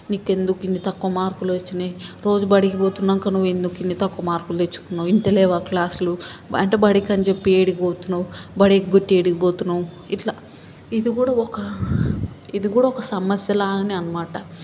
నీకు ఎందుకు ఇన్ని తక్కువ మార్కులు వచ్చినాయి రోజు బడికి పోతున్నాక నువ్వెందుకు ఇన్ని తక్కువ మార్కులు తెచుకున్నావు వింటలేవా క్లాస్లు అంటే బడికి అని చెప్పి ఏడకి పోతున్నావు బడి ఎగ్గొట్టి ఏడకి పోతున్నావు ఇట్లా ఇది కూడా ఒక ఇది కూడా ఒక సమస్యలనే అనమాట